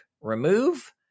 remove